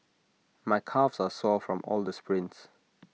my calves are sore from all the sprints